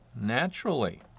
naturally